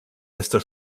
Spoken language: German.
letzter